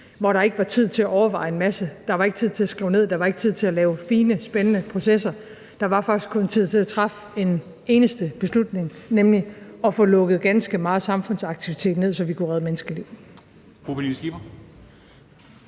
hvor der ikke var tid til at overveje en masse, hvor der ikke var tid til at skrive ned, og hvor der ikke var tid til at lave fine, spændende processer. Der var faktisk kun tid til at træffe en eneste beslutning, nemlig at få lukket ganske meget samfundsaktivitet ned, så vi kunne redde menneskeliv.